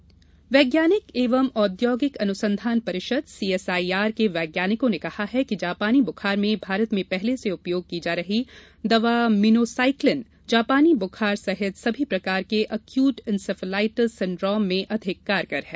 जापानी बुखार वैज्ञानिक एवं औद्योगिक अनुसंधान परिषद सीएसआईआर के वैज्ञानिकों ने कहा है कि जापानी बुखार में भारत में पहले से उपयोग की जा रही दवा मीनोसाइक्लिन जापानी बुखार सहित सभी प्रकार के अक्यूट इंसेफलाइटिस सिंड्रोम में अधिक कारगर है